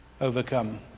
overcome